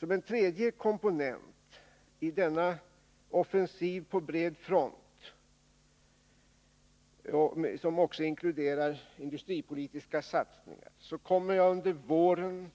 Som en tredje komponent i denna offensiv på bred front, som inkluderar industripolitiska satsningar, kommer jag att under våren